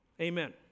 Amen